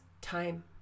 time